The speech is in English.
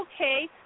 okay